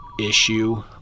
issue